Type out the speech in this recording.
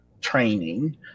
training